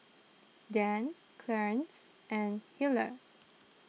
Dann Clarnce and Hillard